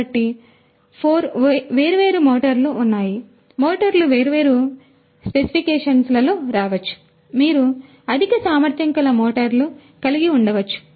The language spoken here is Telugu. కాబట్టి 4 వేర్వేరు మోటార్లు ఉన్నాయి మోటార్లు వేర్వేరు స్పెసిఫికేషన్లలో రావచ్చు మీరు అధిక సామర్థ్యం గల మోటార్లు కలిగి ఉండవచ్చు